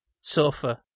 sofa